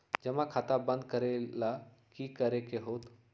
जमा खाता बंद करे ला की करे के होएत?